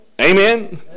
amen